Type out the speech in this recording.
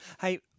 Hey